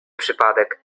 przypadek